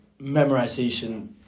memorization